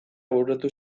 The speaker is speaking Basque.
bururatu